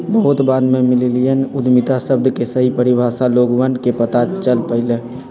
बहुत बाद में मिल्लेनियल उद्यमिता शब्द के सही परिभाषा लोगवन के पता चल पईलय